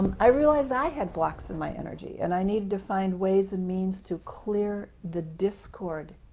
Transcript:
i realized i had blocks in my energy and i need to find ways and means to clear the discord,